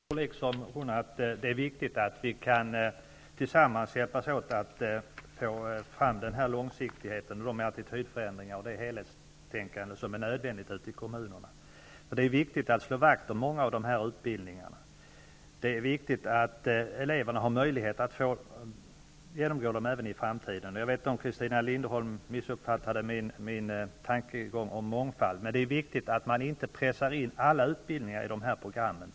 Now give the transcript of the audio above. Herr talman! Jag skall be att få tacka för de upplysningar som Beatrice Ask lämnade här. Jag tror liksom hon att det är viktigt att vi tillsammans kan hjälpas åt att få till stånd den långsiktighet, de attitydförändringar och det helhetstänkande som är nödvändiga i kommunerna. Det är viktigt att slå vakt om många av dessa utbildningar och att eleverna har möjlighet att genomgå dem även i framtiden. Jag vet inte om Christina Linderholm missuppfattade min tankegång om mångfald. Jag menar att det är viktigt att man inte pressar in alla utbildningar i programmen.